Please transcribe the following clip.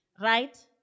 right